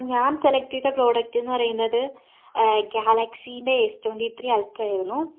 ഞാൻ സെലക്റ്റ് ചെയ്ത പ്രോഡക്റ്റ് എന്ന് പറയുന്നത് ഗേലക്സിയുടെ എസ് ട്വന്റി ത്രീ അൾട്ര ആയിരുന്നു